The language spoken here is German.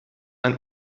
ein